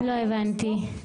לא הבנתי.